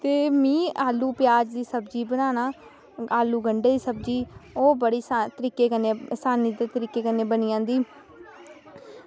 ते मिगी आलू प्याज़ दी सब्ज़ी बनाना आलू गंढे दी सब्ज़ी ओह् बड़े तरीके दी बड़े आसानी दे तरीके कन्नै बनी जंदी